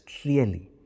clearly